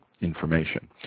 information